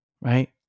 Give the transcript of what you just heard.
right